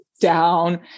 down